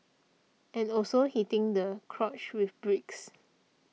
and also hitting the crotch with bricks